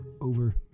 over